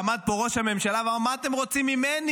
עמד פה ראש הממשלה ואמר: מה אתם רוצים ממני,